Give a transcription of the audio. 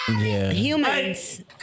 Humans